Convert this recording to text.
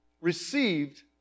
received